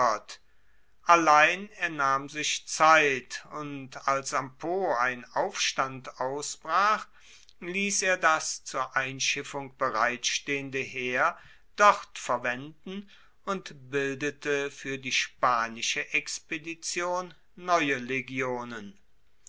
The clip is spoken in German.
allein er nahm sich zeit und als am po ein aufstand ausbrach liess er das zur einschiffung bereitstehende heer dort verwenden und bildete fuer die spanische expedition neue legionen